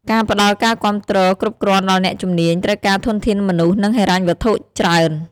ការផ្តល់ការគាំទ្រគ្រប់គ្រាន់ដល់អ្នកជំនាញ ត្រូវការធនធានមនុស្ស និងហិរញ្ញវត្ថុច្រើន។